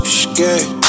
scared